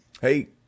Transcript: hey